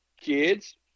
kids